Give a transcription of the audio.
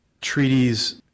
treaties